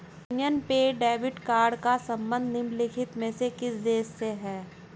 Union पे debit card का संबंध निम्नलिखित में से किस देश से है?